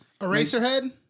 Eraserhead